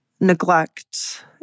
neglect